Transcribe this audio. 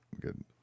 good